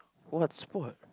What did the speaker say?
what sport